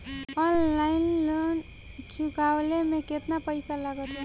Online loan चुकवले मे केतना पईसा लागत बा?